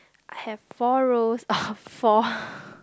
I have four rows of four